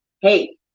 hey